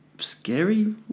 scary